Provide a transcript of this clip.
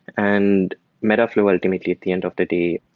and metaflow ultimately at the end of the day,